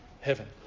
heaven